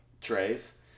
trays